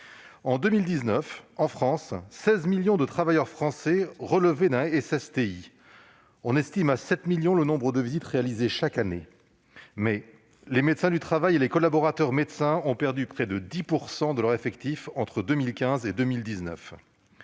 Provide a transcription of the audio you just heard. d'un service de santé au travail interentreprises, ou SSTI. On estime à 7 millions le nombre de visites réalisées chaque année. Mais les médecins du travail et les collaborateurs médecins ont perdu près de 10 % de leurs effectifs entre 2015 et 2019.